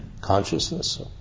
consciousness